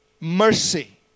Mercy